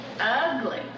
ugly